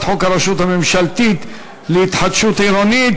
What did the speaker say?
חוק הרשות הממשלתית להתחדשות עירונית.